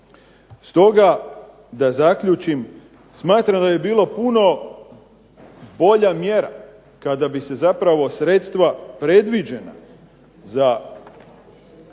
Stoga da zaključim, smatram da bi bilo puno bolja mjera kada bi se zapravo sredstva predviđena za